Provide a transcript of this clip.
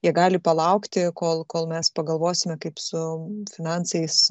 jie gali palaukti kol kol mes pagalvosime kaip su finansais